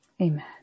Amen